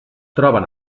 troben